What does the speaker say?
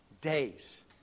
days